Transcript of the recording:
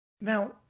Now